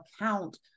account